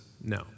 no